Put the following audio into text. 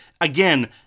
again